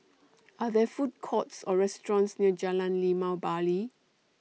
Are There Food Courts Or restaurants near Jalan Limau Bali